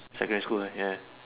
secondary school lah ya